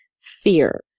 fear